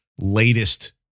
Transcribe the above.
latest